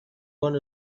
going